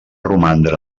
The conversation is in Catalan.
romandre